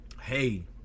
hey